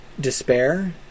despair